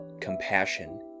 compassion